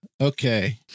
Okay